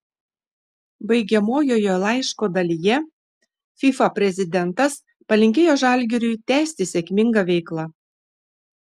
baigiamojoje laiško dalyje fifa prezidentas palinkėjo žalgiriui tęsti sėkmingą veiklą